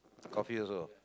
coffee also